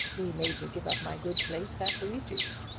he made me give up my good place at luigi's.